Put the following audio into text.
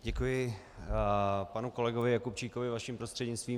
Děkuji panu kolegovi Jakubčíkovi vaším prostřednictvím.